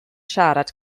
siarad